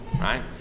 right